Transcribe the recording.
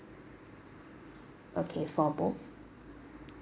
okay for both